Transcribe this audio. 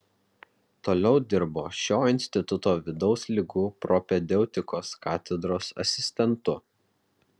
toliau dirbo šio instituto vidaus ligų propedeutikos katedros asistentu